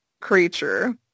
creature